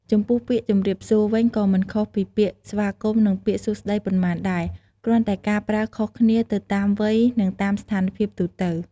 ចំពោះពាក្យ ជម្រាបសួរ វិញក៏មិនខុសពីពាក្យស្វាគមន៍ និងពាក្យសួស្ដីប៉ុន្មានដែរ គ្រាន់តែការប្រើខុសគ្នាទៅតាមវ័យ និងតាមស្ថានភាពទូទៅ។